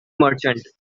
merchant